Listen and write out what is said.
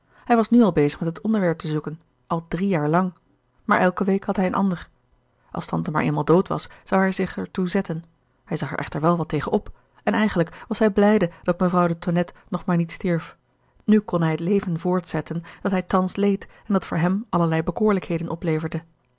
hij was nu al bezig met het onderwerp te zoeken al drie jaar lang maar elke week had hij een ander als tante maar eenmaal dood was zou hij er zich toe zetten hij zag er echter wel wat tegen op en eigenlijk was hij blijde dat mevrouw de tonnette nog maar niet stierf nu kon hij het leven voortzette dat hij thans leed en dat voor hem allerlei bekoorlijkheden opleverde